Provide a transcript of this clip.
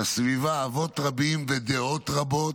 לסביבה אבות רבים ודעות רבות.